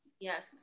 Yes